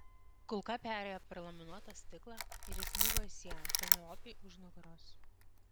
kulka perėjo per laminuotą stiklą ir įsmigo į sieną penelopei už nugaros